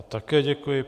Také děkuji.